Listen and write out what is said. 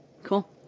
Cool